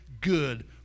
good